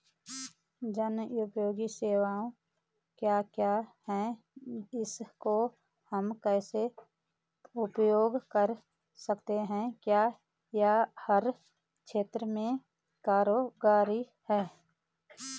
जनोपयोगी सेवाएं क्या क्या हैं इसको हम कैसे उपयोग कर सकते हैं क्या यह हर क्षेत्र में कारगर है?